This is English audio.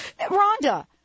Rhonda